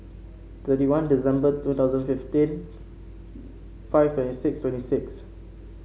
thirty one December two thousand fifteen five twenty six twenty six